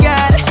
God